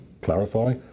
clarify